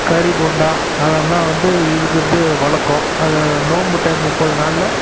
கறி போண்டா அதலாம் வந்து இருக்கிறது வழக்கம் அது நோன்பு டைம் முப்பது நாளில்